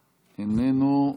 איננו,